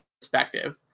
perspective